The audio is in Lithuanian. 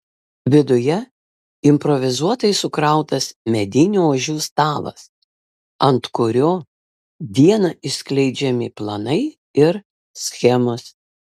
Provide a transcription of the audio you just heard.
viduje improvizuotai sukrautas medinių ožių stalas ant kurio dieną išskleidžiami planai ir schemos